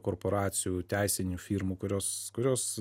korporacijų teisinių firmų kurios kurios